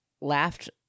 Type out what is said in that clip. laughed